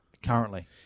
Currently